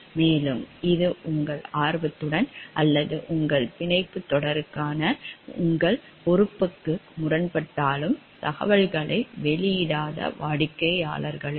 மேலும் இது உங்கள் ஆர்வத்துடன் அல்லது உங்கள் பிணைப்பு தொடர்பான உங்கள் பொறுப்புக்கு முரண்பட்டாலும் தகவல்களை வெளியிடாத வாடிக்கையாளர்களுக்கு